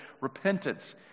repentance